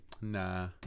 Nah